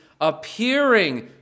appearing